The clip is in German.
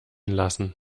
lassen